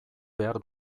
behar